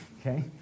okay